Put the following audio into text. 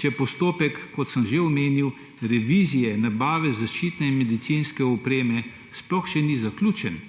če postopek, kot sem že omenil, revizije nabave zaščitne in medicinske opreme sploh še ni zaključen?